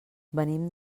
venim